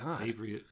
Favorite